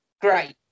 Great